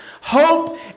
hope